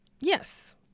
Yes